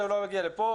זה שהוא לא מגיע לכאן,